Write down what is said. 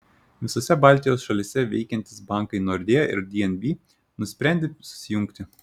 visose baltijos šalyse veikiantys bankai nordea ir dnb nusprendė susijungti